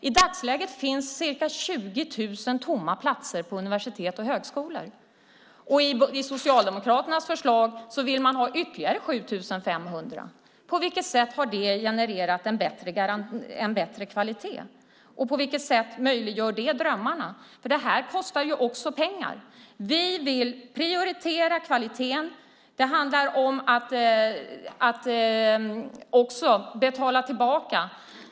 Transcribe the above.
I dagsläget finns ca 20 000 tomma platser på universitet och högskolor. I Socialdemokraternas förslag vill man ha ytterligare 7 500. På vilket sätt hade det genererat en bättre kvalitet? På vilket sätt möjliggör det drömmarna? Det kostar också pengar. Vi vill prioritera kvaliteten. Det handlar också om att betala tillbaka.